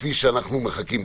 כפי שאנחנו מחכים.